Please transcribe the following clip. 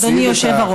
אדוני היושב-ראש.